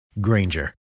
Granger